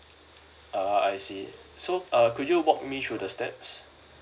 ah I see so uh could you walk me through the steps